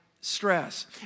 stress